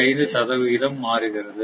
5 சதவிகிதம் மாறுகிறது